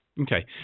Okay